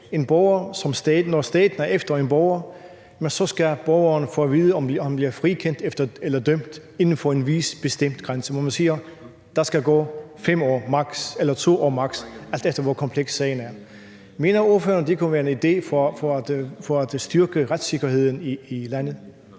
når staten er efter en borger, skal borgeren have at vide, om han bliver frikendt eller dømt, inden for en vis bestemt tidsgrænse, hvor man siger, at der skal gå maks. 5 år eller maks. 2 år, alt efter hvor kompleks sagen er? Mener ordføreren, at det kunne være en idé for at styrke retssikkerheden i landet?